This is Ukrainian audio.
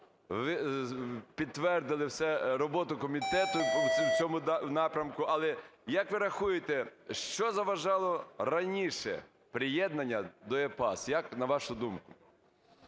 підтвердили роботу комітету в цьому напрямку, але, як ви рахуєте, що заважало раніше приєднання до EPAS? Як на вашу думку?